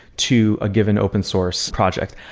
to a given open source project.